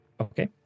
Okay